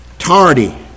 Tardy